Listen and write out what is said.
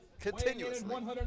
continuously